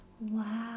Wow